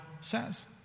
says